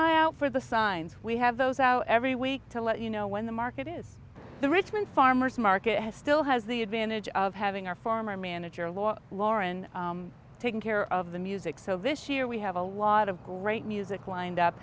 eye out for the signs we have those out every week to let you know when the market is the richmond farmer's market has still has the advantage of having our former manager a lot lauren taking care of the music so this year we have a lot of great music lined up